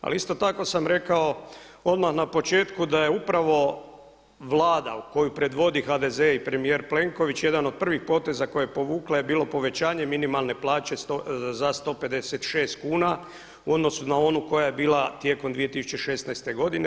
Ali isto tako sam rekao odmah na početku da je upravo Vlada koju predvodi HDZ i premijer Plenković jedan od prvih poteza koje je povukla je bilo povećanje minimalne plaće za 156 kuna u odnosu na onu koja je bila tijekom 2016. godine.